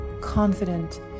confident